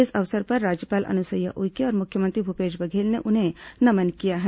इस अवसर पर राज्यपाल अनुसुईया उइके और मुख्यमंत्री भूपेश बघेल ने उन्हें नमन किया है